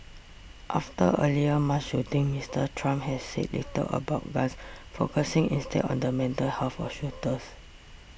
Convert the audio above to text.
after earlier mass shootings Mister Trump has said little about guns focusing instead on the mental health of shooters